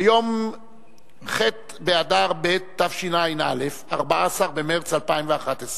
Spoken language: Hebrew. ביום ח' באדר ב' התשע"א, 14 במרס 2011: